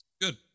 good